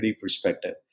perspective